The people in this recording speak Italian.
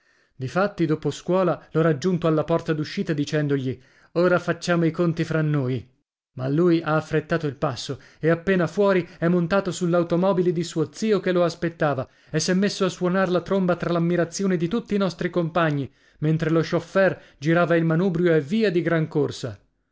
difatti dopo scuola l'ho raggiunto alla porta d'uscita dicendogli ora facciamo i conti fra noi ma lui ha affrettato il passo e appena fuori è montato sull'automobile di suo zio che lo aspettava e s'è messo a suonar la tromba tra l'ammirazione di tutti i nostri compagni mentre lo scioffèr girava il manubrio e via di gran corsa